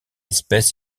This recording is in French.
espèce